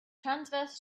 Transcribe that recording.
transverse